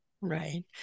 Right